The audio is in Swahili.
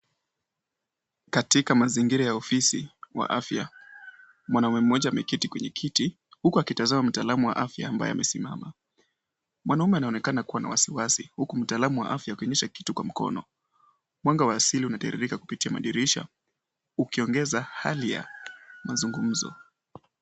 Katika mazingira ya ofisi wa afya, mwanaume mmoja ameketi kwenye kiti, huku akitazama mtaalamu wa afya ambaye amesimama. Mwanaume anaonekana kuwa na wasiwasi huku mtaalam wa afya akionyesha kitu kwa mkono. Mwanga wa asili unadhihirika kupitia kwa madirisha ukiongeza hali ya mazungumzo.